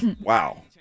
Wow